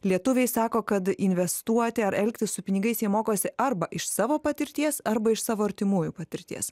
lietuviai sako kad investuoti ar elgtis su pinigais jie mokosi arba iš savo patirties arba iš savo artimųjų patirties